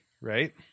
right